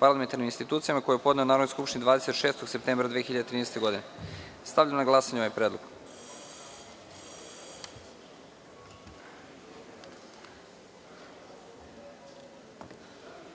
parlamentarnim institucijama, koji je podneo Narodnoj skupštini 28. avgusta 2013. godine. Stavljam na glasanje ovaj predlog.